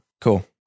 Cool